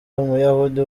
umuyahudi